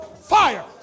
Fire